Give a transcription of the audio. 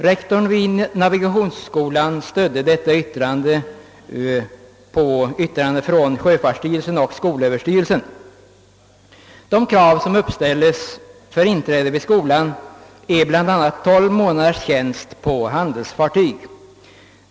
Rektorn vid navigationsskolan stödde sig därvid på yttranden från sjöfartsstyrelsen och skolöverstyrelsen. De krav som uppställdes för inträde vid skolan omfattar bl.a. tolv månaders tjänst på handelsfartyg.